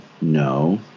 no